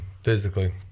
physically